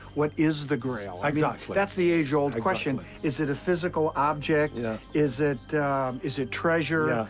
what is the grail? exactly that's the age-old question. is it a physical object? yeah is it is it treasure?